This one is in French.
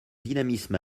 dynamisme